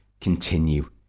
continue